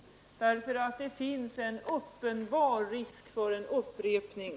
Det finns nämligen en uppenbar risk för en upprepning.